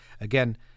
Again